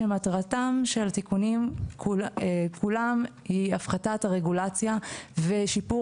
שמטרתם של התיקונים כולם היא הפחתת הרגולציה ושיפור